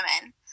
women